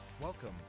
Welcome